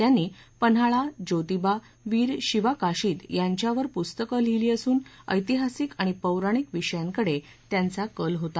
त्यांनी पन्हाळा जोतिबा वीर शिवा काशिद यांच्यावर पुस्तके लिहिली असून ऐतिहासिक आणि पौराणिक विषयांकडे त्यांचा कल होता